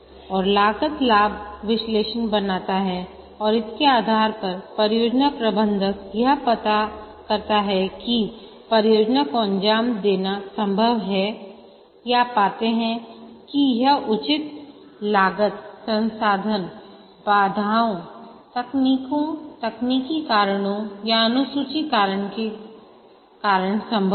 और लागत लाभ विश्लेषण बनाता है और इसके आधार पर परियोजना प्रबंधक यह पाता है कि परियोजना को अंजाम देना संभव है या पाते हैं कि यह उच्च लागत संसाधन बाधाओं तकनीकी कारणों या अनुसूची कारण के कारण संभव है